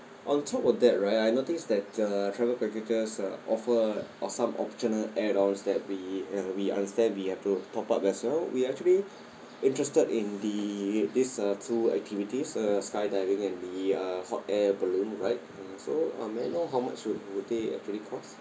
on top of that right I noticed that the travel packages uh offer on some optional add-ons that we and we understand we have to top up as well we actually interested in the this uh two activities uh skydiving and the uh hot air balloon right so uh may I know how much would they actually cost